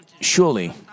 surely